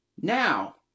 now